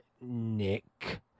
Nick